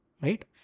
right